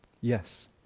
Yes